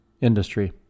industry